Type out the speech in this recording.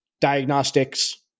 diagnostics